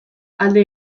alde